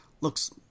looks